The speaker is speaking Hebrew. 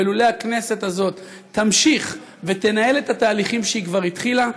ולולא הכנסת הזאת תמשיך ותנהל את התהליכים שהיא כבר התחילה,